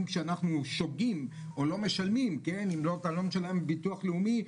שאנחנו שוגים או לא משלמים אם לא אתה לא משלם ביטוח לאומי,